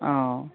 ꯑꯧ